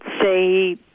say